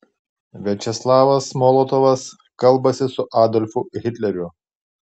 viačeslavas molotovas kalbasi su adolfu hitleriu